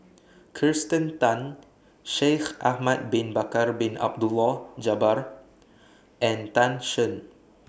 Kirsten Tan Shaikh Ahmad Bin Bakar Bin Abdullah Jabbar and Tan Shen